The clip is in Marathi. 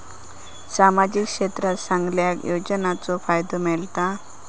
सामाजिक क्षेत्रात सगल्यांका योजनाचो फायदो मेलता?